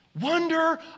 Wonder